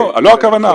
לא הכוונה,